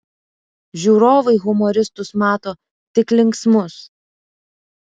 žiūrovai humoristus mato tik linksmus